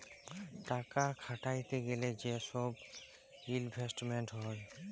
টাকা খাটাইতে গ্যালে যে ছব ইলভেস্টমেল্ট হ্যয়